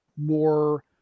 more